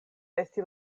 esti